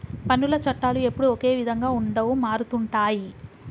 పన్నుల చట్టాలు ఎప్పుడూ ఒకే విధంగా ఉండవు మారుతుంటాయి